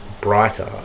brighter